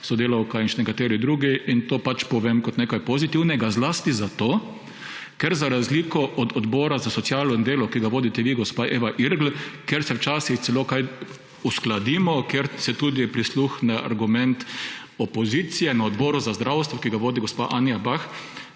sodelavka, in še nekateri drugi. In to pač povem kot nekaj pozitivnega, zlasti zato, ker za razliko od odbora za socialo in delo, ki ga vodite vi, gospa Eva Irgl, kjer se včasih celo kaj uskladimo, kjer se tudi prisluhne argumentu opozicije; na Odboru za zdravstvo, ki ga vodi gospa Anja Bah,